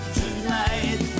tonight